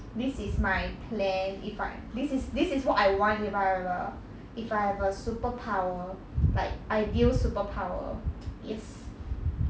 this is my plan if I this is this is what I want if I have a if I have a superpower like ideal superpower yes